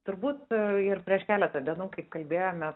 turbūt ir prieš keletą dienų kaip kalbėjome